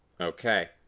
okay